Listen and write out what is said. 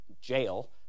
jail